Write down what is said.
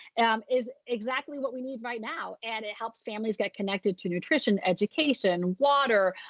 is exactly what we need right now. and it helps families get connected to nutrition, education, water,